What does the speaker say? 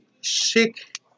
sick